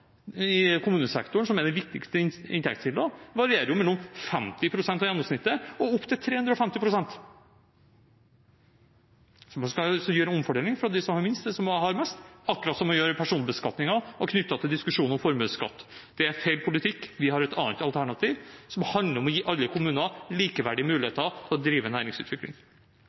i kommunesektoren, som er den viktigste inntektskilden, varierer mellom 50 pst. av gjennomsnittet og opp til 350 pst. Man skal altså omfordele, fra dem som har minst, til dem som har mest – akkurat som man gjør i personbeskatningen og knyttet til diskusjonen om formuesskatt. Det er feil politikk. Vi har et annet alternativ, som handler om å gi alle kommuner likeverdige